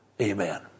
Amen